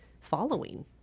following